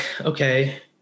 okay